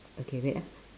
okay wait ah